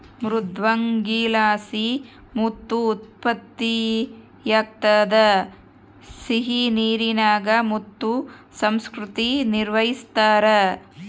ಮೃದ್ವಂಗಿಲಾಸಿ ಮುತ್ತು ಉತ್ಪತ್ತಿಯಾಗ್ತದ ಸಿಹಿನೀರಿನಾಗ ಮುತ್ತು ಸಂಸ್ಕೃತಿ ನಿರ್ವಹಿಸ್ತಾರ